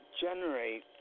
generate